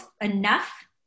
enough